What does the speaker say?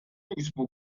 newsbook